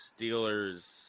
Steelers